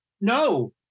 No